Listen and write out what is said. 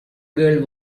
girl